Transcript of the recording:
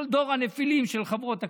כל דור הנפילים של חברות הכנסת.